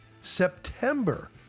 September